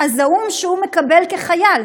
את השכר הזעום שהוא מקבל כחייל.